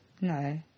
No